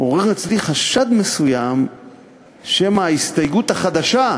עורר אצלי חשד מסוים שמא ההסתייגות החדשה,